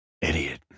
Idiot